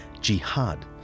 jihad